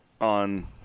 on